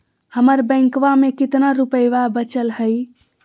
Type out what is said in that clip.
हमर बैंकवा में कितना रूपयवा बचल हई?